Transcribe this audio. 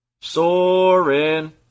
soaring